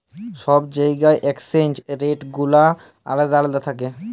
ছব জায়গার exchange rate গুলা আলেদা আলেদা থ্যাকে